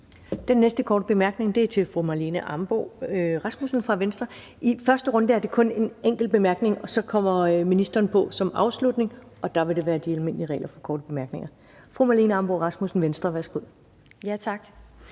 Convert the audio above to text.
Den næste korte bemærkning er til fru Marlene Ambo-Rasmussen fra Venstre. I første runde er der kun en enkelt kort bemærkning, og så kommer ministeren på som afslutning, hvor der vil gælde de almindelige regler for korte bemærkninger. Kl. 16:37 Marlene Ambo-Rasmussen (V): Tak.